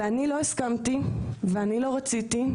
אני לא הסכמתי ולא רציתי,